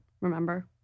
remember